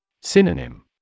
Synonym